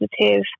positive